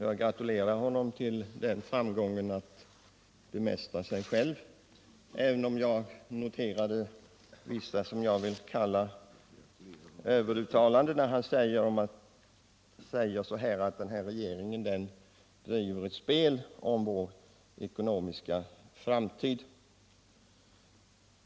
Jag gratulerar honom till den framgången att bemästra sig själv , även om jag noterade vissa, som jag vill kalla det, överuttalanden när han exempelvis sade att regeringen driver ett spel om vår ekonomiska framtid.